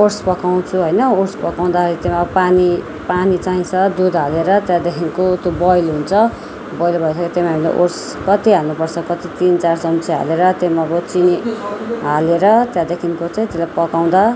oats पकाउँछु होइन oats पकाउँदा अब त्यसमा पानी पानी चाहिन्छ दुध हालेर त्यहाँदेखिको त्यो बोयल हुन्छ बोयल भए पछि त्यहाँ माथि ओट्स कति हाल्नु पर्छ कति तिन चार चम्ची हालेर त्यसमा अब चिनी हालेर त्यहाँदेखिको चाहिँ त्यसलाई पकाउँदा